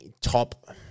top